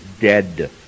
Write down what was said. dead